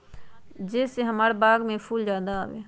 जे से हमार बाग में फुल ज्यादा आवे?